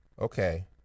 okay